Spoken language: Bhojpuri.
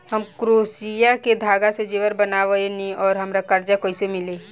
हम क्रोशिया के धागा से जेवर बनावेनी और हमरा कर्जा कइसे मिली?